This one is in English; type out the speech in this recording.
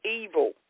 evil